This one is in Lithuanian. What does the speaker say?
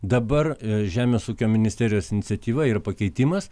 dabar žemės ūkio ministerijos iniciatyva ir pakeitimas